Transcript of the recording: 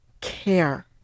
care